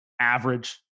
average